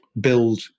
build